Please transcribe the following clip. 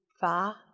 far